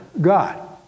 God